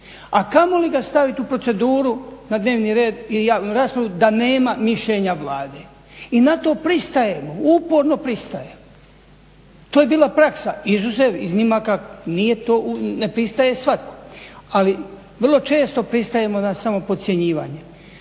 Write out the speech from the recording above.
a kamoli ga stavit u proceduru na dnevni red ili javnu raspravu da nema mišljenja Vlade. I na to pristajemo, uporno pristajemo. To je bila praksa izuzev iznimaka. Nije to, ne pristaje svatko. Ali vrlo često pristajemo na samo podcjenjivanje.